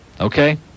okay